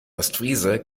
ostfriese